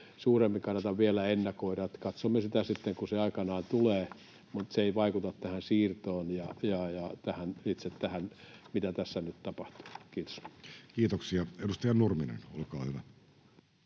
suuremmin kannata vielä ennakoida. Katsomme sitä sitten, kun se aikanaan tulee, mutta se ei vaikuta tähän siirtoon ja itse tähän, mitä tässä nyt tapahtuu. — Kiitos. [Speech 52] Speaker: